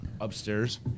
Upstairs